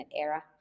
era